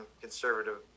conservative